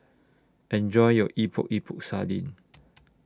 Enjoy your Epok Epok Sardin